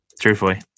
Truthfully